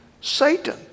Satan